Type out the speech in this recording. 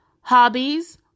hobbies